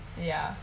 ya